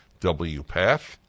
WPATH